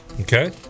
Okay